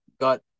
got